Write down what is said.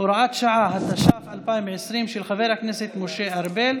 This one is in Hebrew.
זמן חירום, מצב מלחמה.